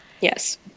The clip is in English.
Yes